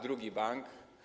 Drugi bank.